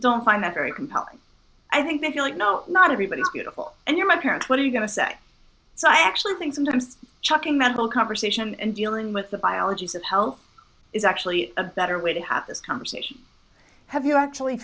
don't find that very compelling i think if you like no not everybody is beautiful and you're my parents what are you going to say so i actually think sometimes chucking medical conversation and dealing with the biology of health is actually a better way to have this conversation have you actually